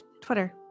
Twitter